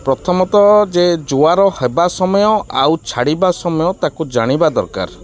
ପ୍ରଥମତଃ ଯେ ଜୁଆର ହେବା ସମୟ ଆଉ ଛାଡ଼ିବା ସମୟ ତାକୁ ଜାଣିବା ଦରକାର